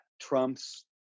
trumps